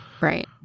Right